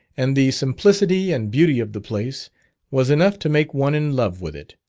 and the simplicity and beauty of the place was enough to make one in love with it,